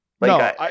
No